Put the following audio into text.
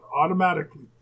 automatically